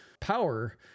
power